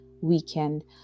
weekend